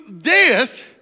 death